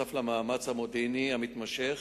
נוסף על המאמץ המודיעיני המתמשך